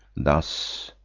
thus,